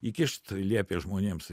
įkišt liepė žmonėms